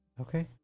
Okay